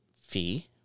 fee